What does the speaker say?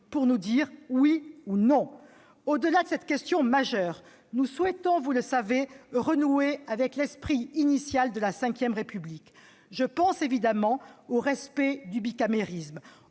pour nous dire « oui » ou « non »? Au-delà de cette question majeure, nous souhaitons, vous le savez, renouer avec l'esprit initial de la V République. Je pense évidemment au respect du bicamérisme,